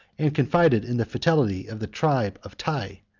and confided in the fidelity of the tribe of tai,